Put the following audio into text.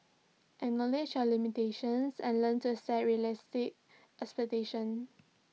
acknowledge your limitations and learn to set realistic expectations